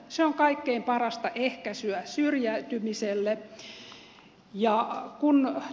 se on kaikkein parasta ehkäisyä syrjäytymiselle